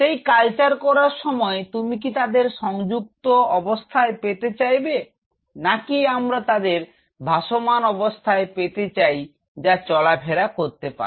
সেই কালচার করার সময় তুমি কি তাদের সংযুক্ত অবস্থায় পেতে চাইবে না কি আমরা তাদের ভাসমান অবস্থায় পেতে চাই যা চলা ফেরা করতে পারে